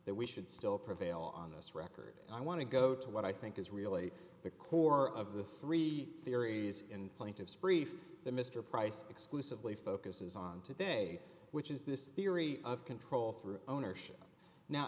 that we should still prevail on this record i want to go to what i think is really the core of the three theories in plaintiff's brief that mr price exclusively focuses on today which is this theory of control through ownership now